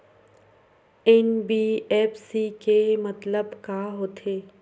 NBFC के मतलब का होथे?